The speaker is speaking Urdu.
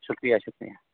شکریہ شکریہ